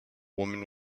woman